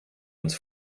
uns